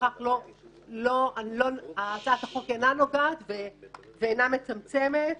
ובכך הצעת החוק אינה נוגעת ואינה מצמצמת.